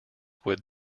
would